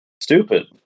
stupid